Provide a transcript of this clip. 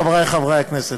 חברי חברי הכנסת,